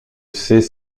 ses